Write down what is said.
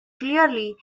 clearly